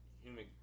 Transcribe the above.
human